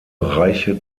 reiche